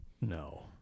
No